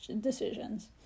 decisions